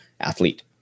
athlete